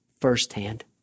firsthand